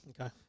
Okay